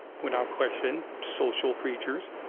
without question, social creatures.